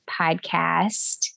podcast